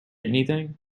anything